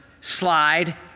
slide